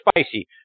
spicy